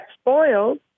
spoiled